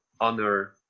honor